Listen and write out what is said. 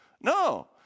no